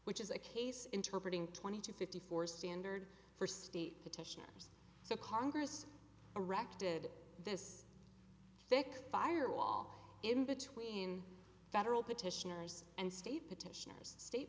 which is a case interpreting twenty two fifty four standard for state petitioners so congress erected this thick fire wall in between federal petitioners and state petitioners state